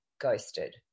ghosted